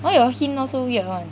why your hint all so weird [one]